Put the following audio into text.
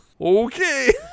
Okay